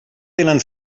tenen